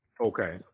Okay